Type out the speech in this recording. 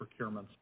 procurements